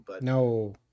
No